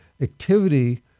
activity